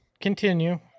continue